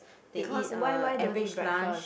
because why why don't eat breakfast